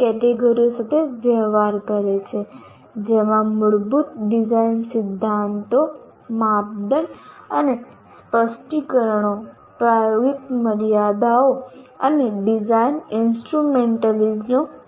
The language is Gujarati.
કેટેગરીઓ સાથે વ્યવહાર કરે છે જેમાં મૂળભૂત ડિઝાઇન સિદ્ધાંતો માપદંડ અને સ્પષ્ટીકરણો પ્રાયોગિક મર્યાદાઓ અને ડિઝાઇન ઇન્સ્ટ્રુમેન્ટલિટીઝનો સમાવેશ થાય છે